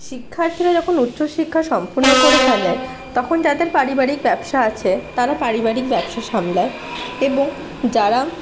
শিক্ষার্থীরা যখন উচ্চশিক্ষা সম্পূর্ণ করে ফেলে তখন যাদের পারিবারিক ব্যবসা আছে তারা পারিবারিক ব্যবসা সামলায় এবং যারা